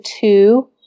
two